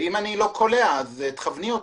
אם אני לא קולע, אשמח שתכווני אותי.